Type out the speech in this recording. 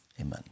Amen